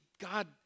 God